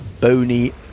bony